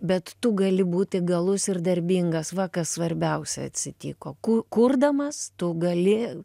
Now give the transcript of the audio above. bet tu gali būt įgalus ir darbingas va kas svarbiausia atsitiko kurdamas tu gali